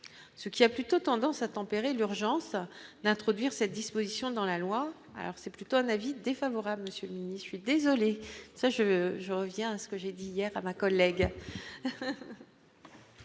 ce qui a plutôt tendance à tempérer l'urgence d'introduire cette disposition dans la loi alors c'est plutôt un avis défavorable, il n'y suis désolé ça je je reviens à ce que j'ai dit hier à ma collègue.